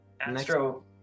Astro